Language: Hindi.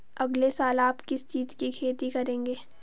अगले साल आप किस चीज की खेती करेंगे?